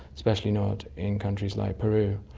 especially not in countries like peru,